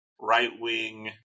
right-wing